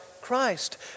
Christ